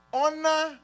honor